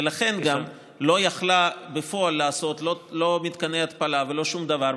ולכן היא גם לא הייתה יכולה בפועל לעשות לא מתקני התפלה ולא שום דבר.